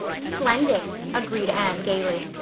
splendid, agreed anne gaily.